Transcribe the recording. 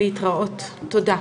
להתראות ותודה,